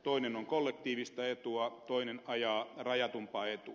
toinen on kollektiivista etua toinen ajaa rajatumpaa etua